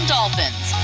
Dolphins